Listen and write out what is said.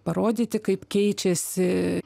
parodyti kaip keičiasi